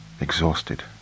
exhausted